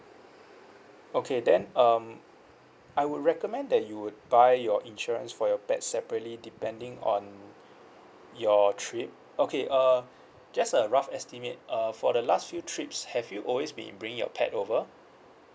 okay then um I would recommend that you would buy your insurance for your pets separately depending on your trip okay uh just a rough estimate uh for the last few trips have you always been bringing your pet over